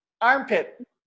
Armpit